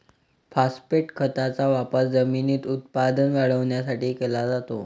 phosphate खताचा वापर जमिनीत उत्पादन वाढवण्यासाठी केला जातो